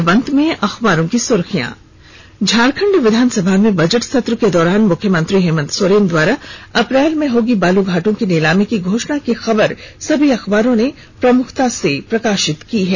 अब अखबारों की सुर्खियां झारखंड विधानसभा में बजट सत्र के दौरान मुख्यमंत्री हेमन्त सोरेन द्वारा अप्रैल में होगी बालू घाटों की नीलामी की घोषणा की खबर सभी अखबारों ने प्रमुखता से प्रकाशित किया है